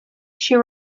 she